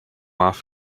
off